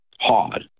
hard